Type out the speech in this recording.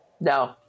no